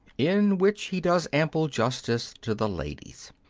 in which he does ample justice to the ladies.